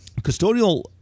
custodial